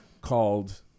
called